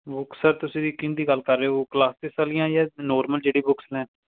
books sir ਤੁਸੀਂ ਕਿਸਦੀ ਗੱਲ ਕਰ ਰਹੇ ਹੋ ਕਲਾਸਸ ਵਾਲੀਆਂ ਜਾਂ ਨੌਰਮਲ ਜਿਹੜੀ ਬੁੱਕਸ ਨੇ